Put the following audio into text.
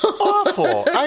Awful